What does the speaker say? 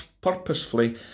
purposefully